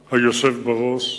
תשס"ט (18 במרס 2009):